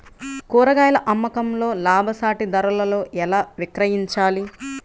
కూరగాయాల అమ్మకంలో లాభసాటి ధరలలో ఎలా విక్రయించాలి?